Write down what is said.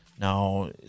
now